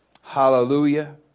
hallelujah